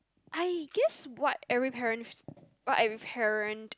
I guess what every parents what every parent